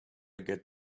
good